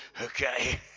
okay